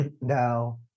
Now